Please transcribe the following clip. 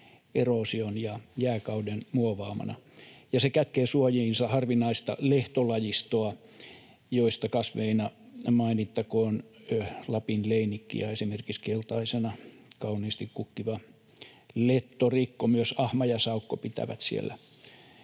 eroosion ja jääkauden muovaamana, ja se kätkee suojiinsa harvinaista lehtolajistoa, joista kasveina mainittakoon lapinleinikki ja esimerkiksi keltaisena kauniisti kukkiva lettorikko. Myös ahma ja saukko pitävät siellä